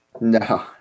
No